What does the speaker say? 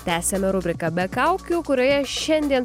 tęsiame rubriką be kaukių kurioje šiandien